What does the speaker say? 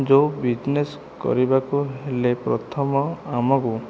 ଯେଉଁ ବିଜନେସ୍ କରିବାକୁ ହେଲେ ପ୍ରଥମ ଆମକୁ